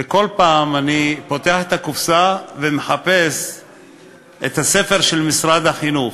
וכל פעם אני פותח את הקופסה ומחפש את הספר של משרד החינוך.